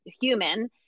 human